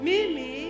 Mimi